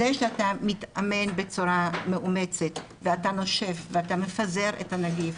זה שאתה מתאמן בצורה מאומצת ואתה נושף ואתה מפזר את הנגיף